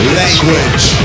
language